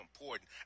important